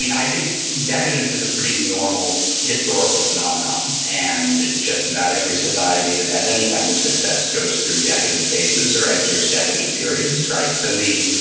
and i think decadence is a pretty normal historical phenomenon and just about every society that has any kind of success goes through decadent phases or enters decadent periods. so the